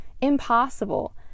impossible